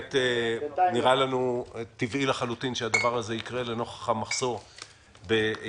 נראה לנו טבעי לחלוטין שהדבר הזה יקרה לנוכח המחסור בידיים.